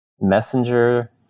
Messenger